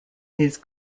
his